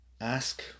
ask